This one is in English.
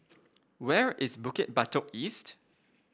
where is Bukit Batok East